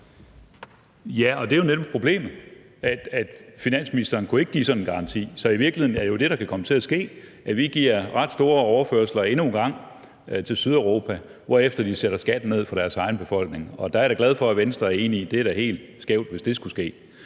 (DF): Det er jo netop problemet: Finansministeren kunne ikke give sådan en garanti. Så det, der i virkeligheden kan komme til at ske, er, at vi giver ret store overførsler endnu en gang til Sydeuropa, hvorefter de sætter skatten ned for deres egen befolkning, og jeg er glad for, at Venstre er enig i det. Det er da helt skævt, hvis det skulle ske.